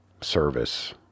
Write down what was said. service